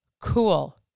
Cool